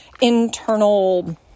internal